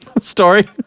story